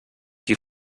qui